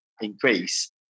increase